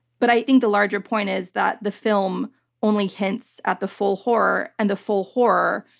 but i think the larger point is that the film only hints at the full horror, and the full horror,